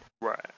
Right